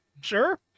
sure